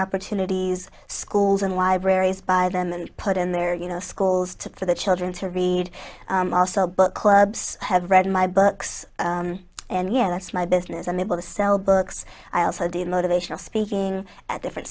opportunities schools and libraries buy them and put in their you know schools to for the children to read also a book clubs have read my books and yeah that's my business i'm able to sell books i also did motivational speaking at different